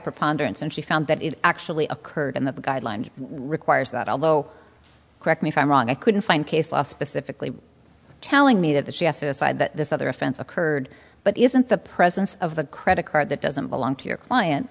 preponderance and she found that it actually occurred and that the guidelines requires that although correct me if i'm wrong i couldn't find case law specifically telling me that that she has decided that this other offense occurred but isn't the presence of a credit card that doesn't belong to your client